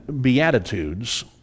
Beatitudes